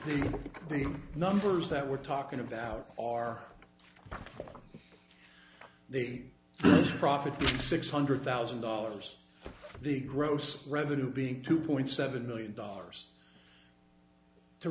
think the numbers that we're talking about are they profit from six hundred thousand dollars the gross revenue being two point seven million dollars to